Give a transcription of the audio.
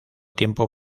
tiempo